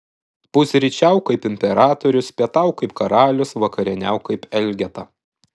pusryčiauk kaip imperatorius pietauk kaip karalius vakarieniauk kaip elgeta